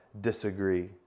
disagree